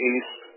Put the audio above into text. East